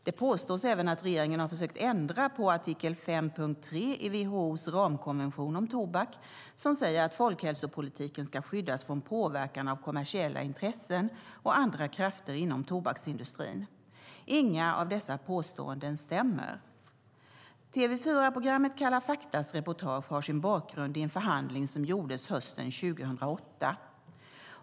Det påstås även att regeringen har försökt ändra på artikel 5.3 i WHO:s ramkonvention om tobak som säger att folkhälsopolitiken ska skyddas från påverkan av kommersiella intressen och andra krafter inom tobaksindustrin. Inga av dessa påståenden stämmer.